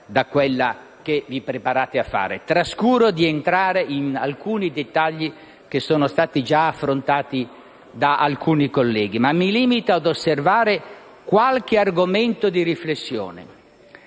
da quella che vi preparate a fare. Trascuro di entrare in certi dettagli già affrontati da alcuni colleghi, ma mi limito a osservare qualche argomento di riflessione.